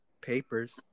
papers